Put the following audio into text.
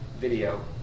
video